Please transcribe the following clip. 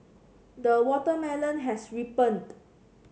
the watermelon has ripened